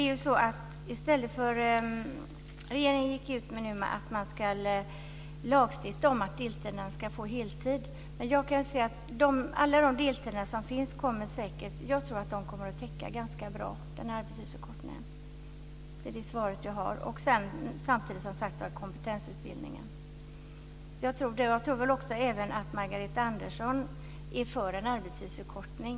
Regeringen gick nu ut med att man ska lagstifta om att deltidarna ska få heltid. Men jag kan se att alla de deltider som finns kommer att täcka arbetstidsförkortningen och kompetensutbildningen ganska bra. Det är det svar som jag har. Jag tror att även Margareta Andersson är för en arbetstidsförkortning.